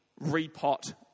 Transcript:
repot